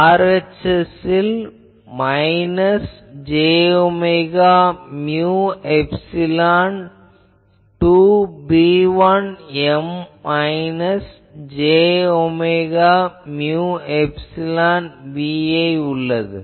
RHS ல் minus j omega mu epsilon 2 B1 m minus j omega mu epsilon Vi ஆகும்